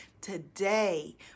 today